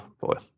Boy